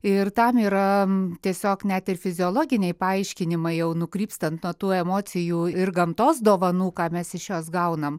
ir tam yra tiesiog net ir fiziologiniai paaiškinimai jau nukrypstant nuo tų emocijų ir gamtos dovanų ką mes iš jos gaunam